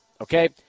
okay